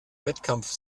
wettkampf